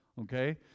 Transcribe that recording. okay